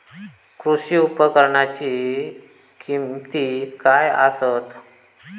कृषी उपकरणाची किमती काय आसत?